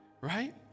right